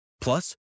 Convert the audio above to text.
Plus